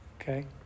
Okay